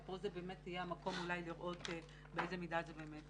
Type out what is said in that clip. ופה זה באמת יהיה המקום אולי לראות באיזה מידה זה באמת